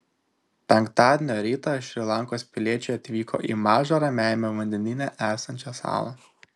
penktadienio rytą šri lankos piliečiai atvyko į mažą ramiajame vandenyne esančią salą